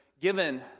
given